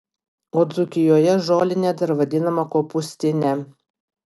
o dzūkijoje žolinė dar vadinama kopūstine